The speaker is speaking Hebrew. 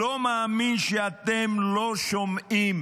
לא מאמין שאתם לא שומעים